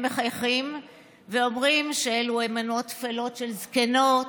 הם מחייכים ואומרים שאלו אמונות תפלות של זקנות,